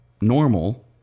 normal